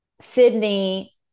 Sydney